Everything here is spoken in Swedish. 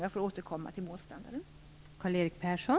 Jag får återkomma till målstandarden.